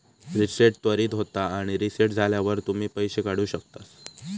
reset त्वरीत होता आणि रीसेट झाल्यावर तुम्ही पैशे काढु शकतास